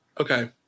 Okay